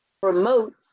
promotes